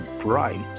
bright